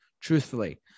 truthfully